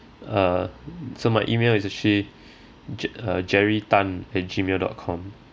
uh so my E-mail is actually je~ uh jerry tan at Gmail dot com